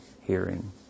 hearing